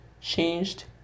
changed